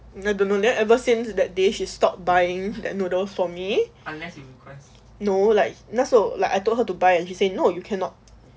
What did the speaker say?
I don't know then ever since that day she stopped buying that noodles for me no like 那时候 like I told her to buy and he say no you cannot